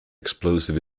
explosive